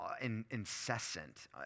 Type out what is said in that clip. incessant